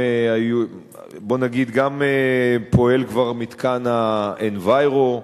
בואו נגיד, גם פועל כבר מתקן ה-Enviro,